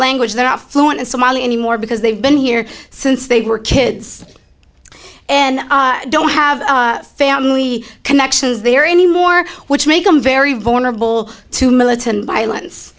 language that are fluent in somalia anymore because they've been here since they were kids and don't have family connections there anymore which make them very vulnerable to militant violence